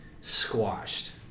squashed